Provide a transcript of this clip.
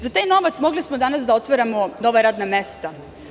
Za taj novac mogli smo danas da otvaramo nova radna mesta.